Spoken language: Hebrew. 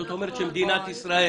זאת אומרת שמדינת ישראל,